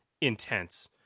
intense